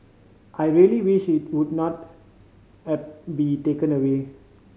I really wish it would not be taken away